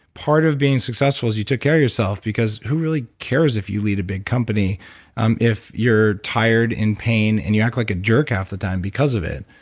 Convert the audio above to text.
part of being successful is you took care of yourself, because who really cares if you lead a big company um if you're tired, in pain, and you act like a jerk half the time because of it?